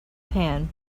pan